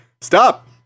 stop